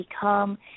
become